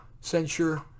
censure